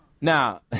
Now